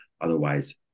otherwise